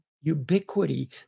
ubiquity